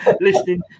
listening